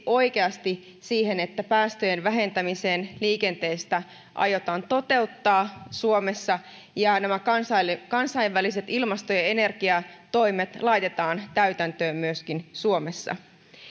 oikeasti käsiksi siihen että päästöjen vähentäminen liikenteessä aiotaan toteuttaa suomessa ja nämä kansainväliset ilmasto ja ja energiatoimet laitetaan täytäntöön myöskin suomessa